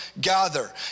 gather